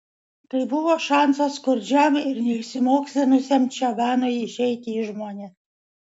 tai buvo šansas skurdžiam ir neišsimokslinusiam čabanui išeiti į žmones